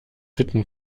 witten